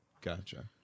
gotcha